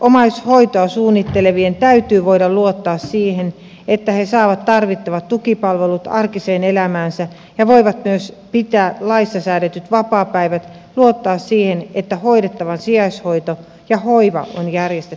omaishoitoa suunnittelevien täytyy voida luottaa siihen että he saavat tarvittavat tukipalvelut arkiseen elämäänsä ja voivat myös pitää laissa säädetyt vapaapäivät luottaa siihen että hoidettavan sijaishoito ja hoiva on järjestetty hyvin